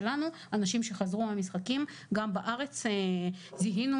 אנשים שחזרו מהמשחקים גם בארץ זיהינו